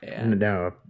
No